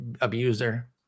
abuser